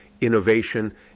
innovation